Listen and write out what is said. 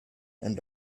and